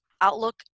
outlook